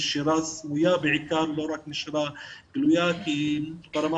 נשירה סמויה בעיקר לא רק נשירה גלויה כי ברמה